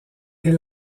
est